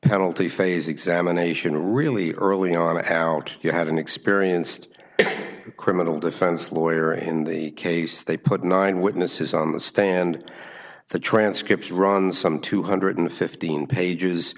penalty phase examination really early on and how you had an experienced criminal defense lawyer in the case they put nine witnesses on the stand the transcripts run some two hundred fifteen